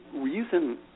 reason